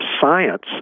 science